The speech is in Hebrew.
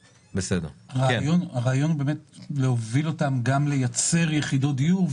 הרעיון הוא להוביל אותם לייצר יחידות דיור,